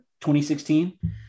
2016